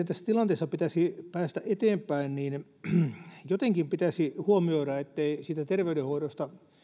tässä tilanteessa pitäisi päästä eteenpäin jotenkin pitäisi huomioida ettei terveydenhoidosta